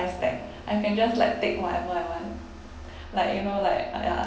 tag I can just like take whatever I want like you know like uh ya